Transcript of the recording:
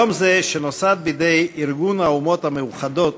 יום זה, שנוסד על-ידי ארגון האומות המאוחדות,